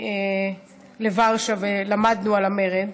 לוורשה ולמדנו על המרד.